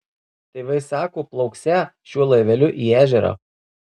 tėvai sako plauksią šiuo laiveliu į ežerą